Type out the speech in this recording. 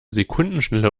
sekundenschnelle